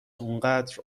اونقدر